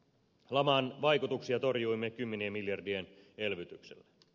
laman vaikutuksia torjuimme kymmenien miljardien elvytyksellä